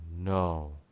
no